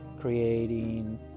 creating